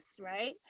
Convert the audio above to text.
right